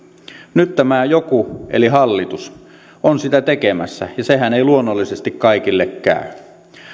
nyt tämä joku eli hallitus on sitä tekemässä ja sehän ei luonnollisesti kaikille käy